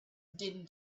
din